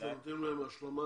אתם נותנים להם השלמה?